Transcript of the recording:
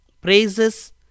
praises